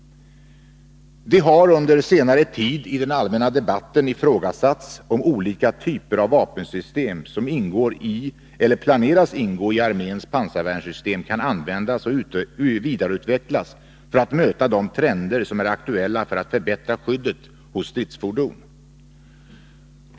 Det har under senare tid i den allmänna debatten ifrågasatts om olika typer av vapensystem som ingår i eller planeras ingå i arméns pansarvärnssystem kan användas och vidareutvecklas för att möta de trender som är aktuella för att förbättra skyddet hos stridsfordon.